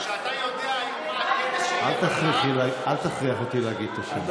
כשאתה יודע, אל תכריח אותי להגיד את השמות.